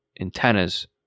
antennas